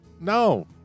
No